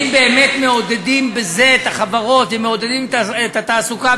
האם באמת מעודדים בזה את החברות ומעודדים את התעסוקה,